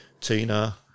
Tina